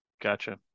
Gotcha